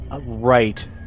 right